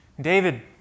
David